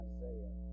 Isaiah